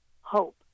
hope